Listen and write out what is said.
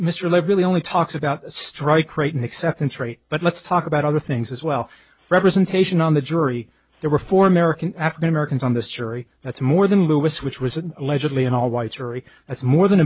live really only talks about strike rate and acceptance rate but let's talk about other things as well representation on the jury there were four american african americans on this jury that's more than lewis which was an allegedly an all white jury that's more than